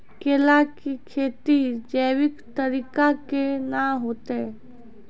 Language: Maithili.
केला की खेती जैविक तरीका के ना होते?